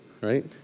Right